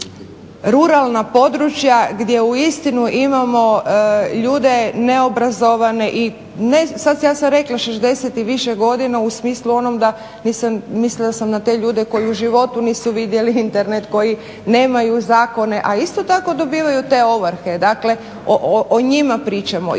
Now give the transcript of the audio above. ruralna područja gdje uistinu imamo ljude neobrazovane i ne, sad ja sam rekla 60 i više godina u smislu onom, mislila sam na te ljude koji u životu nisu vidjeli internet, koji nemaju zakone, a isto tako dobivaju te ovrhe. Dakle, o njima pričamo i